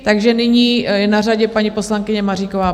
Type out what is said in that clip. Takže nyní je na řadě paní poslankyně Maříková.